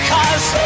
Cause